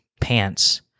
pants